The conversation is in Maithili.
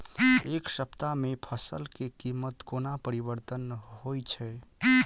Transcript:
एक सप्ताह मे फसल केँ कीमत कोना परिवर्तन होइ छै?